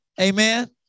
Amen